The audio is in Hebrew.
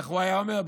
איך הוא היה אומר?